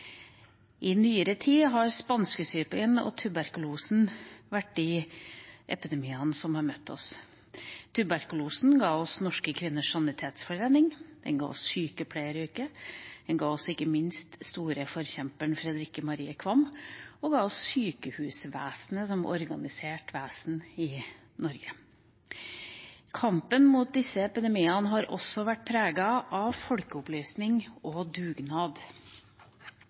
I nyere tid har spanskesyken og tuberkulosen vært de epidemiene som har møtt oss. Tuberkulosen ga oss Norske Kvinners Sanitetsforening, den ga oss sykepleieryrket, den ga oss ikke minst den store forkjemperen Fredrikke Marie Qvam, og den ga oss sykehusvesenet som organisert vesen i Norge. Kampen mot disse epidemiene har også vært preget av folkeopplysning og dugnad.